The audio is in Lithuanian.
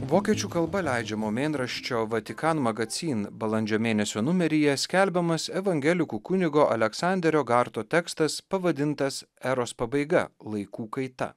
vokiečių kalba leidžiamo mėnraščio vatikan magacin balandžio mėnesio numeryje skelbiamas evangelikų kunigo aleksanderio garto tekstas pavadintas eros pabaiga laikų kaita